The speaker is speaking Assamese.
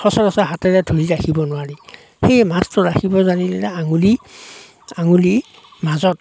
সচৰাচৰ হাতেৰে ধৰি ৰাখিব নোৱাৰি সেয়ে মাছটো ৰাখিব জানিলে আঙুলি আঙুলি মাজত